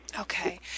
Okay